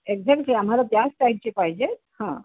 exactly आम्हाला त्याच टाईपचे पाहिजे आहेत हा